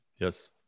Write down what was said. Yes